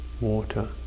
water